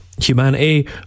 humanity